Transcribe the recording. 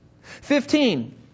Fifteen